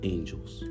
Angels